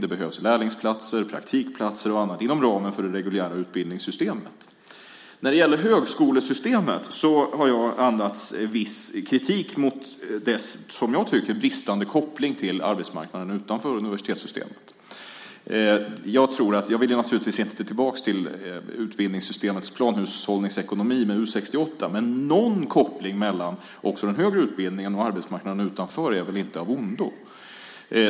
Det behövs lärlingsplatser, praktikplatser och annat inom ramen för det reguljära utbildningssystemet. När det gäller högskolesystemet har jag uttalat viss kritik mot dess som jag tycker bristande koppling till arbetsmarknaden utanför universitetssystemet. Jag vill naturligtvis inte tillbaka till utbildningssystemets planhushållningsekonomi med U 68, men någon koppling mellan också den högre utbildningen och arbetsmarknaden utanför är väl inte av ondo.